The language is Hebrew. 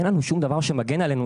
אין לנו שום דבר שמגן עלינו,